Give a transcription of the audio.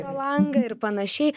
pro langą ir panašiai